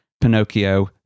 Pinocchio